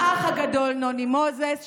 האח הגדול נוני מוזס,